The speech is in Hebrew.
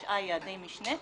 ו-169 יעדי משנה,